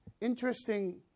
interesting